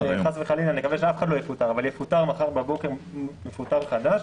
חס וחלילה נקווה שאף אחד לא יפוטר אבל יפוטר מחר בבוקר מפוטר חדש,